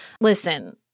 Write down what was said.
listen